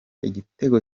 igitego